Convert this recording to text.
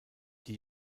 die